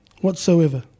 whatsoever